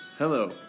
Hello